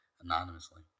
Anonymously